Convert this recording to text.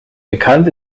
bekannt